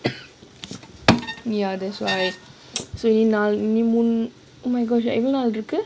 ya that's why இன்னும் நாலு மூணு:innum naalu moonu oh my gosh எத்தனை நாள் இருக்கு:ethuna naal irukku